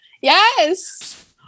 Yes